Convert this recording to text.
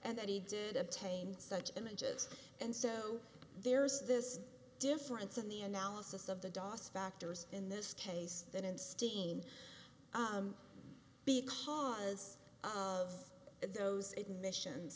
and that he did obtain such images and so there is this difference in the analysis of the das factors in this case that in steam because of those admissions